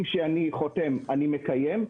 הסכמים שאני חותם אני מקיים.